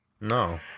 No